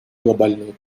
глобальную